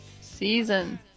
season